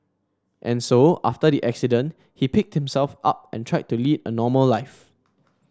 and so after the accident he picked himself up and tried to lead a normal life